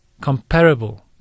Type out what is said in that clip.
comparable